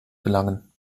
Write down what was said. gelangen